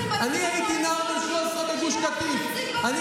בהסכמים הקואליציוניים שיהיה לכם נציג,